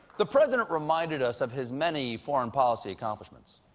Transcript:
the president reminded us of his many foreign policy accomplishments.